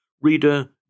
Reader